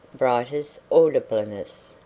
brightest audibleness,